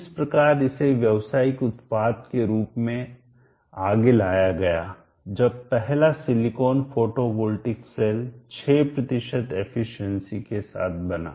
इस प्रकार इसे व्यवसायिक उत्पाद के रूप में आगे लाया गया जब पहला सिलिकॉन फोटोवॉल्टिक सेल 6 एफिशिएंसी दक्षता के साथ बना